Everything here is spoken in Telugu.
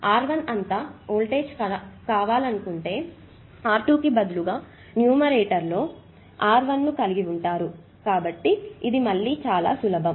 R1 అంతా వోల్టేజ్ కావాలనుకుంటే R2 కు బదులుగా న్యూమరేటర్లో R1 ను కలిగి ఉంటారు కాబట్టి ఇది మళ్ళీ చాలా సులభం